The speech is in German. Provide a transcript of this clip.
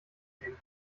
nehmen